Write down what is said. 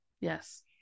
yes